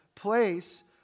place